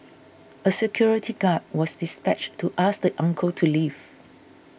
a security guard was dispatched to ask the uncle to leave